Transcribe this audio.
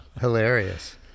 Hilarious